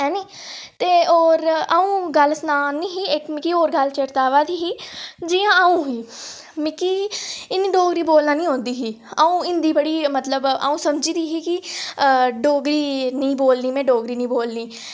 ऐनिं होर अ'ऊं गल्ल सनान्नी मिगी इक होर गल्ल चेत्ता आवै दी ही जि'यां अ'ऊं ही मिगी इन्नी डोगरी बोलना निं औंदी ही अ'ऊं हिंदी बड़ी मतलब अ'ऊं समझदी ही डोगरी निं बोलनी में डोगरी निं बोलनी